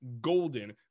golden